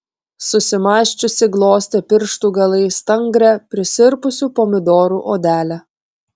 susimąsčiusi glostė pirštų galais stangrią prisirpusių pomidorų odelę